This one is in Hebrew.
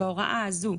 ההוראה הזאת,